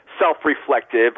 self-reflective